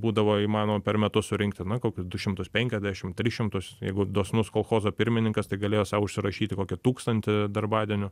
būdavo įmanoma per metus surinkti na kokius du šimtus penkiasdešim tris šimtus jeigu dosnus kolchozo pirmininkas tai galėjo sau užsirašyti kokį tūkstantį darbadienių